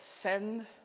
send